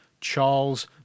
Charles